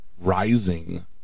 rising